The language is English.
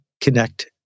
connect